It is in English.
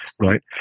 right